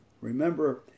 remember